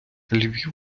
львів